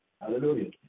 Hallelujah